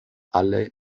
alle